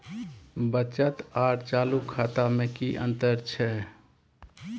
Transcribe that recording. बचत आर चालू खाता में कि अतंर छै?